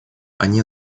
они